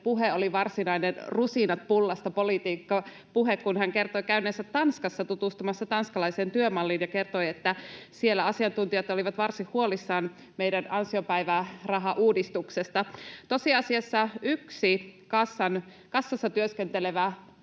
puhe oli varsinainen rusinat pullasta ‑politiikkapuhe, kun hän kertoi käyneensä Tanskassa tutustumassa tanskalaiseen työmalliin ja kertoi, että siellä asiantuntijat olivat varsin huolissaan meidän ansiopäivärahauudistuksesta. Tosiasiassa yksi kassassa työskentelevä